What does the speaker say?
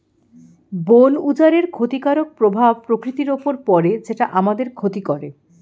বন উজাড়ের ক্ষতিকারক প্রভাব প্রকৃতির উপর পড়ে যেটা আমাদের ক্ষতি করে